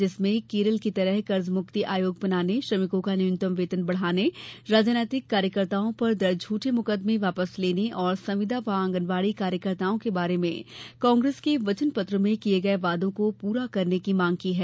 जिसमें केरल की तरह कर्जमुक्ति आयोग बनाने श्रमिकों का न्यूनतम वेतन बढ़ाने राजनीतिक कार्यकर्ताओं पर दर्ज झूठे मुकदमें वापस लेने और संविदा व आंगनबाड़ी कार्यकर्ताओं के बारे में कांग्रेस के वचन पत्र में किये गये वादों को पूरा करने की मांग की है